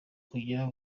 kujya